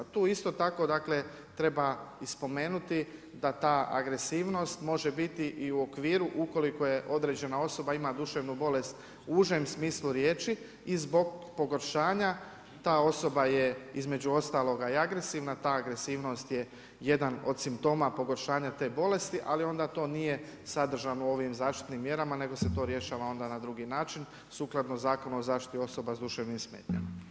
Tu isto tako dakle treba i spomenuti da ta agresivnost može biti i u okviru ukoliko određena osoba ima duševnu bolest u užem smislu riječi i zbog pogoršanja ta osoba je između ostalog i agresivna, ta agresivnost je jedan od simptoma pogoršanja te bolesti ali onda to nije sadržano u ovim zaštitnim mjerama nego se to rješava onda na drugi način, sukladno Zakonom o zaštiti osoba s duševnim smetnjama.